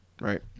right